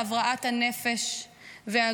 אנחנו מייחלות להבראת הנפש והגוף.